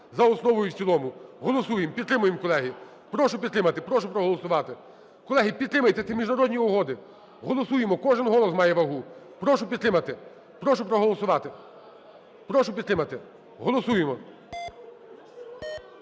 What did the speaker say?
за основу і в цілому. Голосуєм. Підтримаєм, колеги. Прошу підтримати. Прошу проголосувати. Колеги, підтримайте, це міжнародні угоди. Голосуємо, кожен голос має вагу. Прошу підтримати. Прошу проголосувати, прошу підтримати. Голосуємо.